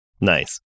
Nice